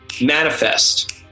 manifest